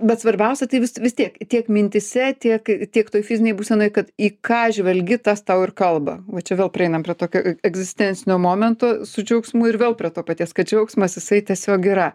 bet svarbiausia tai vis vis tiek tiek mintyse tiek tiek toj fizinėj būsenoj kad į ką žvelgi tas tau ir kalba va čia vėl prieinam prie tokio egzistencinio momento su džiaugsmu ir vėl prie to paties kad džiaugsmas jisai tiesiog yra